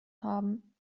haben